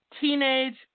Teenage